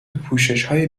پوششهای